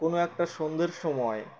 কোনো একটা সন্ধ্যের সময়